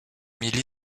milly